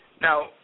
Now